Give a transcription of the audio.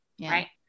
Right